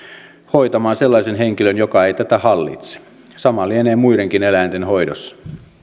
hoitamaan sellaisen henkilön joka ei tätä hallitse sama lienee muidenkin eläinten hoidossa